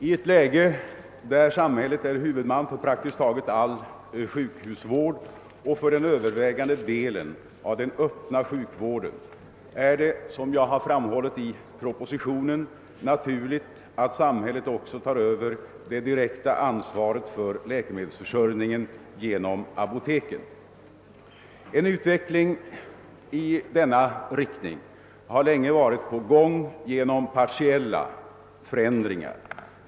I ett läge där samhället är huvudman för praktiskt taget all sjukhusvård och för den övervägande delen av den öppna sjukvården är det, som jag har framhållit i propositionen, naturligt att samhället också tar över det direkta ansvaret för läkemedelsförsörjningen genom apoteken. En utveckling i denna riktning har länge varit på gång genom partiella förändringar.